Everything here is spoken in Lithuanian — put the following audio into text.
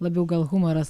labiau gal humoras